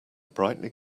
brightly